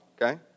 okay